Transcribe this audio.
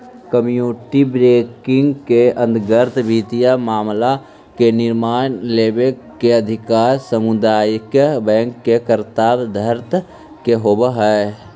community banking के अंतर्गत वित्तीय मामला में निर्णय लेवे के अधिकार सामुदायिक बैंक के कर्ता धर्ता के होवऽ हइ